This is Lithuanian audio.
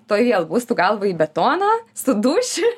tuoj vėl bus su galva į betoną suduši